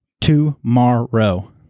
tomorrow